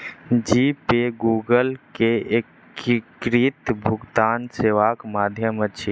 जी pay Google के एकीकृत भुगतान सेवाक माध्यम अछि